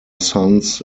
sons